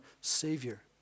Savior